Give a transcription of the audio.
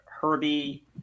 Herbie